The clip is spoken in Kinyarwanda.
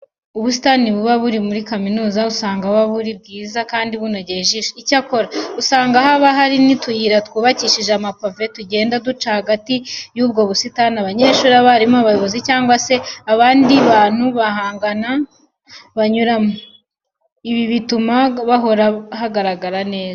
Ubusitani buba buri muri kaminuza usanga buba ari bwiza kandi bunogeye ijisho. Icyakora usanga haba hari n'utuyira twubakishije amapave tugenda duca hagati y'ubwo busitani abanyeshuri, abarimu, abayobozi cyangwa se abandi bantu bahagana banyuramo. Ibi bituma hahora hagaragara neza.